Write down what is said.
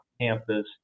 campus